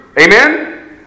Amen